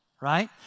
right